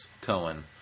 Cohen